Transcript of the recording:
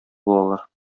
булалар